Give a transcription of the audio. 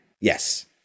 Yes